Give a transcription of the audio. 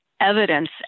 evidence